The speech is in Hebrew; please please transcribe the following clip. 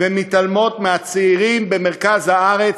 ומתעלמות גם מהצעירים במרכז הארץ.